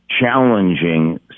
challenging